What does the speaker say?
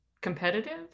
competitive